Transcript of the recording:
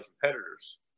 competitors